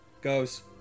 goes